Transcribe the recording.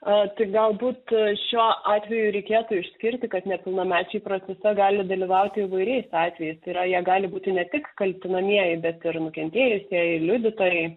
tai galbūt šiuo atveju reikėtų išskirti kad nepilnamečiai procese gali dalyvauti įvairiais atvejais tai yra jie gali būti ne tik kaltinamieji bet ir nukentėjusieji liudytojai